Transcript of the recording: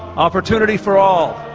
opportunity for all,